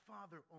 Father